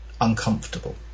uncomfortable